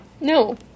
No